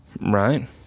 Right